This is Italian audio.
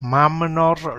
mamnor